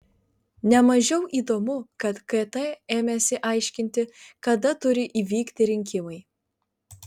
ne mažiau įdomu kad kt ėmėsi aiškinti kada turi įvykti rinkimai